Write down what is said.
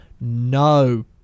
No